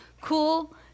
cool